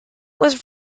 was